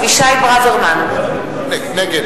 נגד